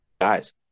guys